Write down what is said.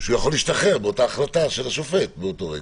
יכול להשתחרר באותה החלטה של השופט באותו רגע.